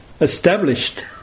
established